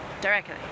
directly